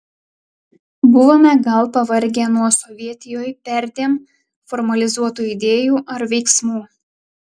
buvome gal pavargę nuo sovietijoj perdėm formalizuotų idėjų ar veiksmų